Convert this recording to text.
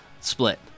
split